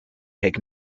take